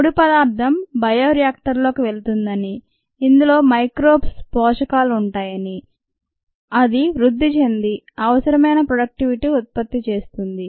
ముడిపదార్థం bioreactor లోకి వెళ్తుందని ఇందులో మైక్రోబ్స్ పోషకాలు ఉంటాయని అది వృద్ధి చెంది అవసరమైన ప్రొడక్టివిటీ ఉత్పత్తి చేస్తుంది